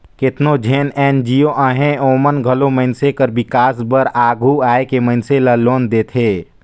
केतनो जेन एन.जी.ओ अहें ओमन घलो मइनसे कर बिकास बर आघु आए के मइनसे ल लोन देथे